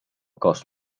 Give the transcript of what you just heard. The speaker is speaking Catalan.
cos